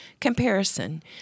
comparison